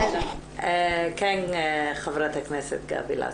כן, חברת הכנסת גבי לסקי.